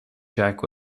jack